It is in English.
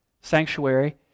sanctuary